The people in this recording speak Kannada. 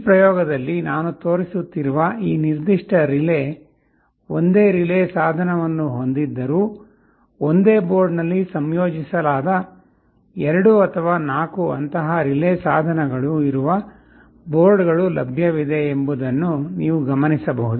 ಈ ಪ್ರಯೋಗದಲ್ಲಿ ನಾನು ತೋರಿಸುತ್ತಿರುವ ಈ ನಿರ್ದಿಷ್ಟ ರಿಲೇ ಒಂದೇ ರಿಲೇ ಸಾಧನವನ್ನು ಹೊಂದಿದ್ದರೂ ಒಂದೇ ಬೋರ್ಡ್ನಲ್ಲಿ ಸಂಯೋಜಿಸಲಾದ 2 ಅಥವಾ 4 ಅಂತಹ ರಿಲೇ ಸಾಧನಗಳು ಇರುವ ಬೋರ್ಡ್ಗಳು ಲಭ್ಯವಿವೆ ಎಂಬುದನ್ನು ನೀವು ಗಮನಿಸಬಹುದು